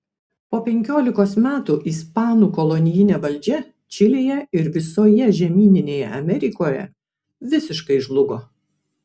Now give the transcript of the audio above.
po penkiolikos metų ispanų kolonijinė valdžia čilėje ir visoje žemyninėje amerikoje visiškai žlugo